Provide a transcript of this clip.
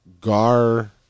Gar